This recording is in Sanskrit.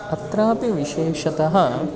अत्रापि विशेषतः